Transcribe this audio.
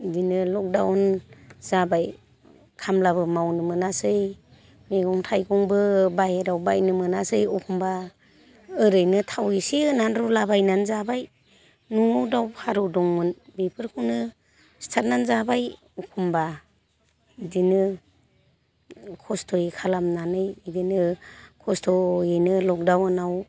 बिदिनो लकडाउन जाबाय खामलाबो मावनो मोनासै मैगं थाइगंबो बाहेरायाव बायनो मोनासै एखमब्ला ओरैनो थाव इसे होनानै रुलाबायनानै जाबाय न'आव दाउ फारौ दंमोन बेफोरखौनो सिथारनानै जाबाय एखमब्ला बिदिनो खस्थ'यै खालामनानै बिदिनो खस्थ'यैनो लकडाउनाव